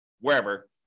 wherever